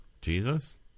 Jesus